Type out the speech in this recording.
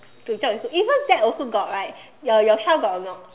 even that also got right your your child got or not